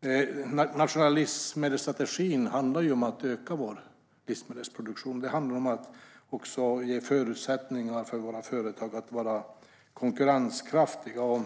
Den nationella livsmedelsstrategin handlar om att öka vår livsmedelsproduktion. Den handlar om att också ge förutsättningar för våra företag att vara konkurrenskraftiga.